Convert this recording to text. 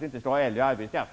vi inte skall ha äldre arbetskraft.